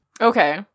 Okay